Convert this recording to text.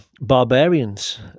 barbarians